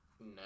No